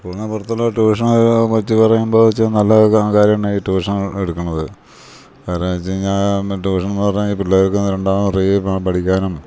സ്കൂളിന് പുറത്തുള്ള ട്യൂഷനെ പറ്റി പറയുമ്പോൾ ഇച്ചിരി നല്ല കാര്യമാണ് ഈ ട്യൂഷൻ എടുക്കണത് കാര്യമെന്ന് വെച്ച് കഴിഞ്ഞാൽ ട്യൂഷനെന്ന് പറഞ്ഞാൽ പിള്ളേർക്ക് രണ്ടാമത് പഠിക്കാനും